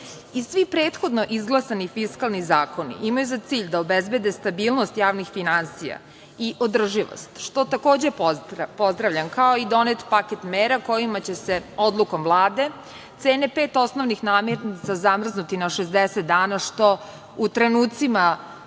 prethodno izglasani fiskalni zakoni imaju za cilj da obezbede stabilnost javnih finansija i održivost, što takođe pozdravljam, kao i donet paket mera kojima će se odlukom Vlade cene pet osnovnih namirnica zamrznuti na 60 dana, što u trenucima